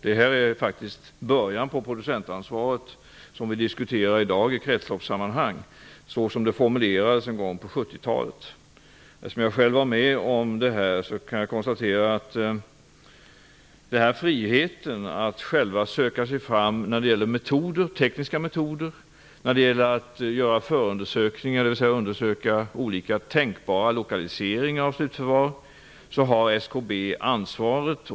Det här är faktiskt början på det producentansvar som vi i dag diskuterar i kretsloppssammanhang, så som det formuleras en gång på 70-talet. Jag var själv med då och kan konstatera angående friheten att själv söka sig fram när det gäller tekniska metoder och att göra förundersökningar, dvs. att undersöka olika tänkbara lokaliseringar av slutförvar, att SKB har ansvaret.